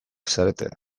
zarete